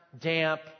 damp